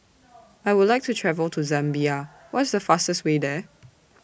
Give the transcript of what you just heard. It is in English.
I Would like to travel to Zambia What IS The fastest Way There